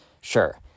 sure